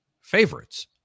favorites